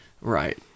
Right